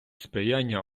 сприяння